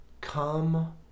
Come